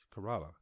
Kerala